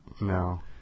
No